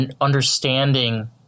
Understanding